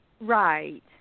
Right